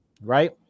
Right